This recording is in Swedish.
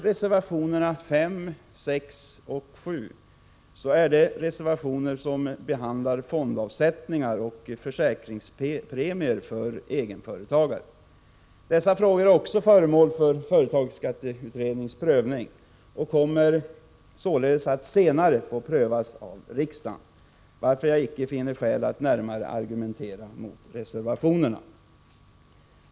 Reservationerna 5, 6 och 7 behandlar fondavsättningar och försäkringspremier för egenföretagare. Dessa frågor är också föremål för företagsskatteutredningens prövning och kommer således att senare få prövas av riksdagen, varför jag icke finner skäl att närmare argumentera mot reservationerna.